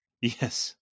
yes